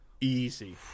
easy